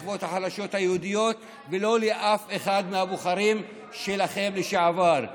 לא לשכבות החלשות היהודית ולא לאף אחד מהבוחרים שלכם לשעבר.